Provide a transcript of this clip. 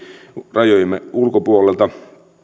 rajojemme ulkopuolelta